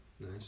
Nice